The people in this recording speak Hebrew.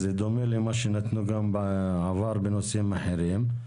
זה דומה למה שהיה בעבר בנושאים אחרים.